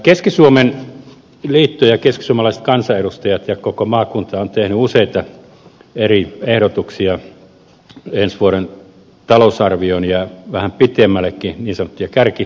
keski suomen liitto ja keskisuomalaiset kansanedustajat ja koko maakunta ovat tehneet useita eri ehdotuksia ensi vuoden talousarvioon ja vähän pidemmällekin niin sanottuja kärkihankkeita